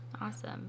Awesome